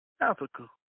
Africa